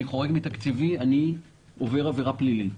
חורג מתקציבי אני עובר עבירה פלילית